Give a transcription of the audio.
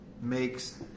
Makes